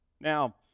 now